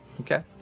Okay